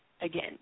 again